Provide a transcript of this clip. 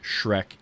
Shrek